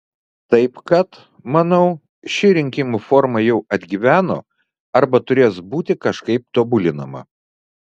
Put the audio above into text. taip kad manau ši rinkimų forma jau atgyveno arba turės būti kažkaip tobulinama